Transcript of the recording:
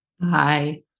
Hi